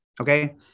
Okay